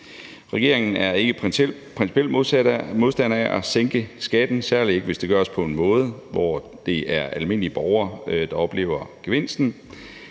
Regeringen er ikke principiel modstander af at sænke skatten, særlig ikke hvis det gøres på en måde, hvor det er almindelige borgere, der oplever gevinsten.